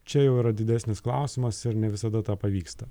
čia jau yra didesnis klausimas ir ne visada tą pavyksta